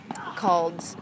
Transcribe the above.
Called